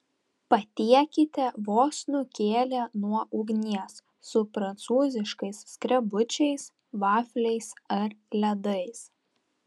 patiekite vos nukėlę nuo ugnies su prancūziškais skrebučiais vafliais ar ledais